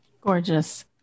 Gorgeous